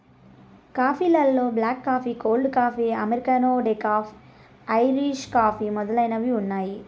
coffee లలో black coffee, cold coffee, americano, decaf, Irish coffee మొదలైనవి ఉన్నాయి